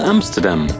Amsterdam